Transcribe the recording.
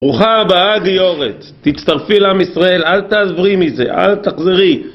ברוכה הבאה גיורת, תצטרפי לעם ישראל, אל תעברי מזה, אל תחזרי